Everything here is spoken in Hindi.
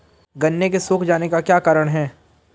गन्ने के सूख जाने का क्या कारण है?